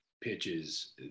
pitches